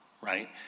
right